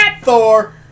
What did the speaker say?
Thor